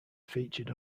featured